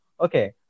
Okay